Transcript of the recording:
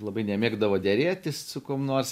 labai nemėgdavo derėtis su kuom nors